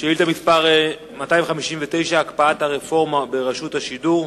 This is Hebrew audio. שאילתא מס' 259: הקפאת הרפורמה ברשות השידור,